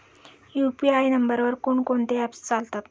UPI नंबरवर कोण कोणते ऍप्स चालतात?